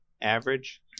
average